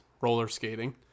roller-skating